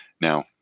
Now